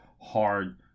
hard